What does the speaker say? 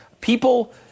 people